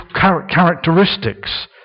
characteristics